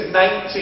19